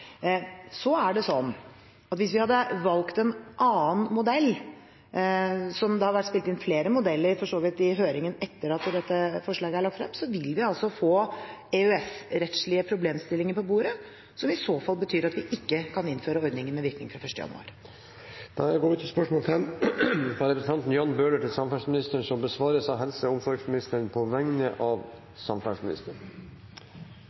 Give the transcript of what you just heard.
Hvis vi hadde valgt en annen modell – det har vært spilt inn flere modeller, for så vidt, i høringen etter at dette forslaget ble lagt frem – ville vi få EØS-rettslige problemstillinger på bordet, som i så fall betyr at vi ikke kan innføre ordningen med virkning fra 1. januar. Dette spørsmålet, fra representanten Jan Bøhler til samferdselsministeren, blir besvart av helse- og omsorgsministeren på vegne